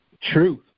Truth